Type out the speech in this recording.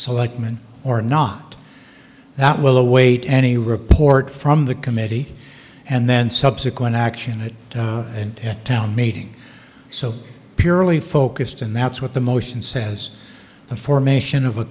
selectman or not that will await any report from the committee and then subsequent action in town meeting so purely focused and that's what the motion says the formation of a